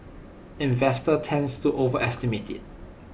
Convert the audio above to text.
investors tends to overestimate IT